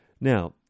Now